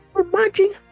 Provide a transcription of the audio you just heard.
Imagine